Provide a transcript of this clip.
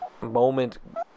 moment